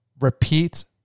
Repeat